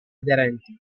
aderenti